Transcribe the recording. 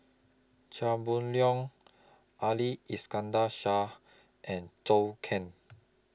Chia Boon Leong Ali Iskandar Shah and Zhou Can